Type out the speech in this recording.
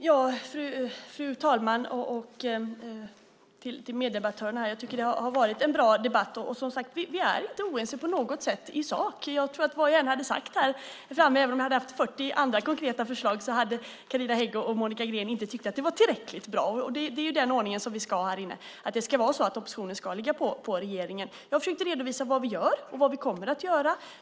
Fru talman och meddebattörer! Det har varit en bra debatt. Vi är i sak inte oense på något sätt. Vad jag än hade sagt, om jag hade haft 40 andra konkreta förslag, hade Carina Hägg och Monica Green inte tyckt att det var tillräckligt bra. Det är den ordning vi ska ha härinne, nämligen att oppositionen ska ligga på regeringen. Jag har försökt redovisa vad vi gör och vad vi kommer att göra.